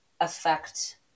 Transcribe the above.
affect